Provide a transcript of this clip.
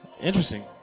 Interesting